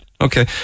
Okay